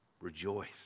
rejoice